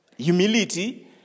Humility